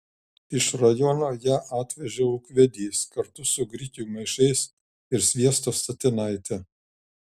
iš rajono ją atvežė ūkvedys kartu su grikių maišais ir sviesto statinaite